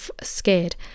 scared